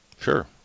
Sure